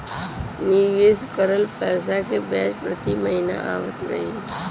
निवेश करल पैसा के ब्याज प्रति महीना आवत रही?